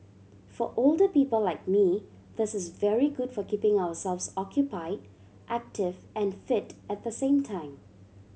for older people like me this is very good for keeping ourselves occupy active and fit at the same time